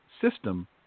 system